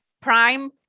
Prime